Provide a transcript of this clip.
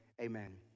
Amen